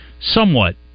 somewhat